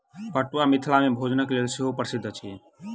पटुआ मिथिला मे भोजनक लेल सेहो प्रसिद्ध अछि